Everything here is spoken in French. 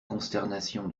consternation